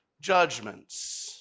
judgments